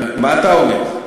מה אתה אומר?